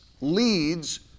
leads